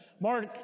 Mark